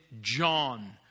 John